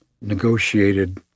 negotiated